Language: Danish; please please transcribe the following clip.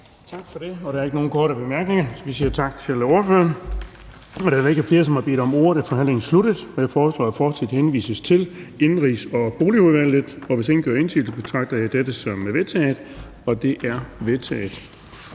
Tak for det. Der er ikke nogen korte bemærkninger, så vi siger tak til ordføreren. Da der ikke er flere, som har bedt om ordet, er forhandlingen sluttet. Jeg foreslår, at forslaget til folketingsbeslutning henvises til Indenrigs- og Boligudvalget. Hvis ingen gør indsigelse, betragter jeg dette som vedtaget. Det er vedtaget.